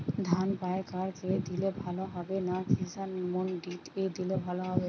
ধান পাইকার কে দিলে ভালো হবে না কিষান মন্ডিতে দিলে ভালো হবে?